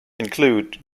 include